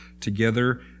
together